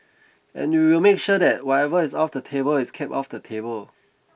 and we will make sure that whatever is off the table is kept off the table